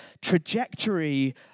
trajectory